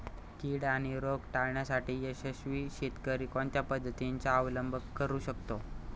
कीड आणि रोग टाळण्यासाठी यशस्वी शेतकरी कोणत्या पद्धतींचा अवलंब करू शकतो?